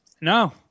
No